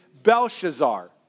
Belshazzar